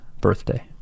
birthday